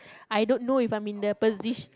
I don't know if I'm in the